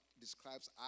describes